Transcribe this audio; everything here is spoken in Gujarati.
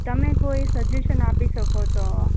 તમે કોઈ સજેશન આપી શકો તો